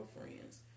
friends